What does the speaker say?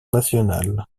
national